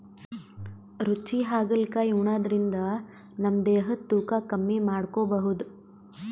ರುಚಿ ಹಾಗಲಕಾಯಿ ಉಣಾದ್ರಿನ್ದ ನಮ್ ದೇಹದ್ದ್ ತೂಕಾ ಕಮ್ಮಿ ಮಾಡ್ಕೊಬಹುದ್